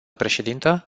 președintă